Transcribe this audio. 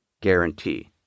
guarantee